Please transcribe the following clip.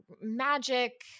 magic